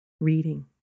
reading